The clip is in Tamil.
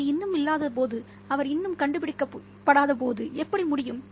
அது இன்னும் இல்லாதபோது அவர் இன்னும் கண்டுபிடிக்கப்படாதபோது எப்படி முடியும்